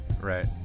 Right